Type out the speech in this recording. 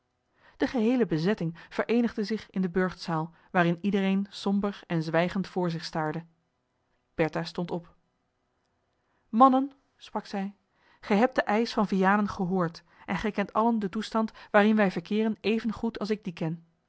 de geheele bezetting vereenigde zich in de burchtzaal waarin iedereen somber en zwijgend voor zich staarde bertha stond op mannen sprak zij gij hebt den eisch van vianen gehoord en gij kent allen den toestand waarin wij verkeeren even goed als ik dien ken